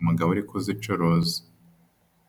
umugabo uri kuzicuruza.